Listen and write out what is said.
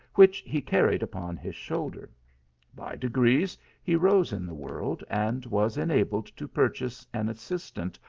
which he carried upon his shoulder by degrees he rose in the world, and was enabled to purchase an assistant,